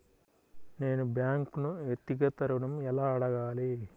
నేను బ్యాంక్ను వ్యక్తిగత ఋణం ఎలా అడగాలి?